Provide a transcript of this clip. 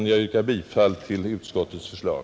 Jag ber att få yrka bifall till utskottets förslag.